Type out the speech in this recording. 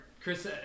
Chris